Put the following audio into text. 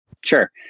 Sure